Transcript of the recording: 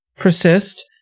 persist